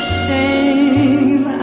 shame